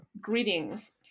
Greetings